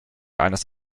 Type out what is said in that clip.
eines